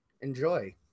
enjoy